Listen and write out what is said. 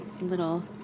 Little